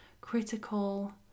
critical